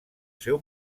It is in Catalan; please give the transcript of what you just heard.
seu